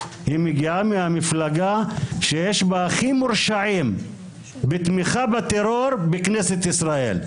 היא מגיעה מהמפלגה שיש בה הכי מורשעים בתמיכה בטרור בכנסת ישראל.